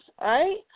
right